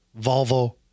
Volvo